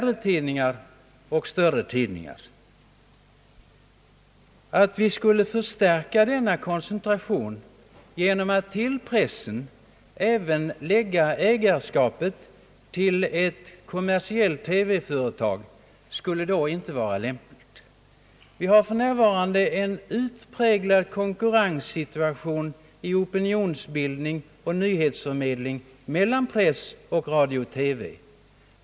Det kan under sådana förhållanden inte vara lämpligt att förstärka denna koncentration genom att till pressen även föra ägarskapet av ett kommersiellt TV företag. Vi har för närvarande en utpräglad konkurrenssituation i fråga om Oopinionsbildning och nyhetsförmedling mellan press och radio-TV.